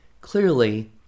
clearly